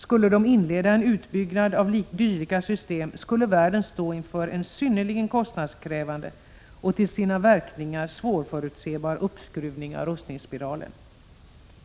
Skulle de—---inleda en utbyggnad av dylika system, skulle världen stå inför en synnerligen kostnadskrävande och till sina verkningar svårförutsebar uppskruvning av rustningsspiralen.